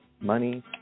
money